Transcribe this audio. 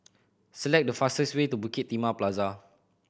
select the fastest way to Bukit Timah Plaza